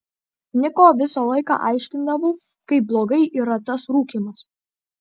niko visą laiką aiškindavau kaip blogai yra tas rūkymas